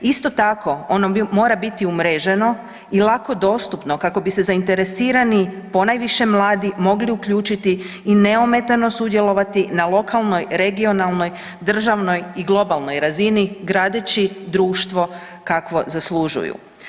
Isto tako, ono mora biti umreženo i lako dostupno kako bi se zainteresirani, ponajviše mladi mogli uključiti i neometano sudjelovati na lokalnoj, regionalnoj, državnoj i globalnoj razini gradeći društvo kakvo zaslužuju.